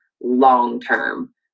long-term